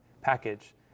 package